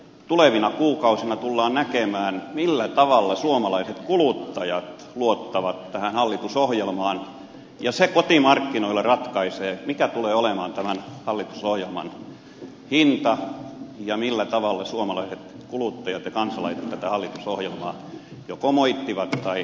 tulevina kuukausina tullaan näkemään millä tavalla suomalaiset kuluttajat luottavat tähän hallitusohjelmaan ja se kotimarkkinoilla ratkaisee mikä tulee olemaan tämän hallitusohjelman hinta ja millä tavalla suomalaiset kuluttajat ja kansalaiset tätä hallitusohjelmaa joko moittivat tai kehuvat